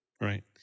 right